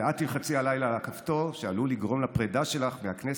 ואת תלחצי הלילה על הכפתור שעלול לגרום לפרידה שלך מהכנסת,